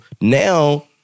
now